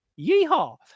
Yeehaw